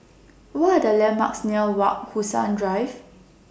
What Are The landmarks near Wak Drive